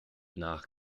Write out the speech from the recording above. nach